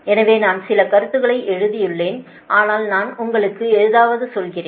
எனவே நான் சில கருத்துக்களை எழுதியுள்ளேன் ஆனால் நான் உங்களுக்கு ஏதாவது சொல்கிறேன்